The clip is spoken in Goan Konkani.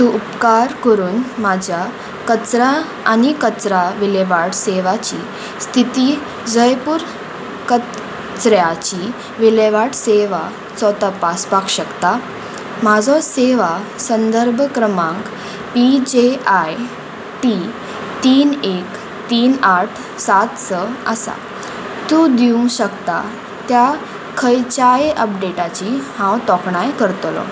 तूं उपकार करून म्हाज्या कचरा आनी कचरा विलेवाट सेवाची स्थिती जयपूर कचऱ्याची विलेवाट सेवाचो तपासपाक शकता म्हाजो सेवा संदर्भ क्रमांक पी जे आय टी तीन एक तीन आठ सात स आसा तूं दिवंक शकता त्या खंयच्याय अपडेटाची हांव तोखणाय करतलो